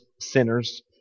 sinners